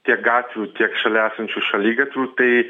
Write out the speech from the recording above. tiek gatvių tiek šalia esančių šaligatvių tai